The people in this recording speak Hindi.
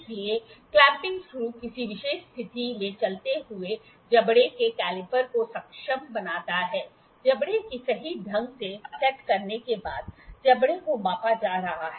इसलिए क्लैंपिंग स्क्रू किसी विशेष स्थिति में चलते हुए जबड़े के कैलिपर को सक्षम बनाता है जबड़े को सही ढंग से सेट करने के बाद जबड़े को मापा जा रहा है